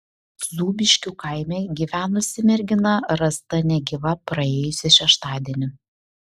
zūbiškių kaime gyvenusi mergina rasta negyva praėjusį šeštadienį